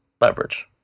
Leverage